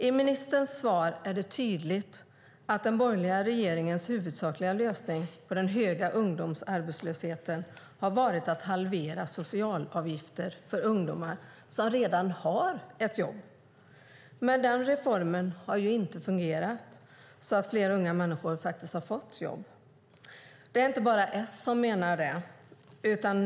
Av ministerns svar framgår tydligt att den borgerliga regeringens huvudsakliga lösning på den höga ungdomsarbetslösheten har varit att halvera de sociala avgifterna för ungdomar som redan har ett jobb. Men den reformen har inte fungerat. Det har inte blivit så att fler ungdomar fått jobb, och det är inte bara S som menar det.